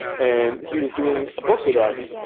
and he was doing a book with us.